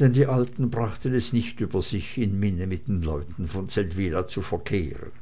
denn die alten brachten es nicht über sich in minne mit den leuten von seldwyla zu verkehren